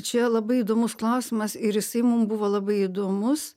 čia labai įdomus klausimas ir jisai mum buvo labai įdomus